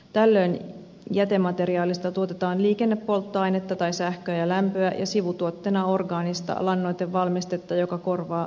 tällöin jätemateriaalista tuotetaan liikennepolttoainetta tai sähköä ja lämpöä ja sivutuotteena orgaanista lannoitevalmistetta joka korvaa fossiilisia panoksia